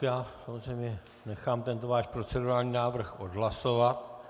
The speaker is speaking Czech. Samozřejmě nechám tento váš procedurální návrh odhlasovat.